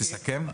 תסכם,